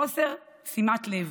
חוסר שימת לב,